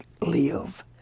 live